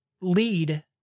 lead